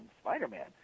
Spider-Man